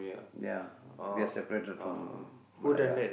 ya we are separated from Malaya